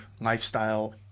lifestyle